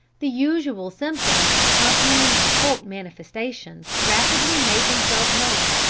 the usual symptoms accompanying occult manifestations rapidly made themselves known.